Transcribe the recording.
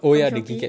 from Shopee